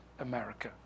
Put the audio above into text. America